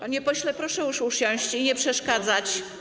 Panie pośle, proszę już usiąść i nie przeszkadzać.